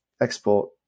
export